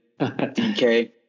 dk